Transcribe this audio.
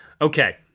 Okay